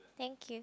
thank you